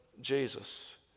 Jesus